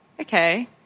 okay